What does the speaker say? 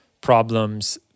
problems